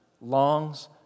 longs